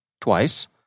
Twice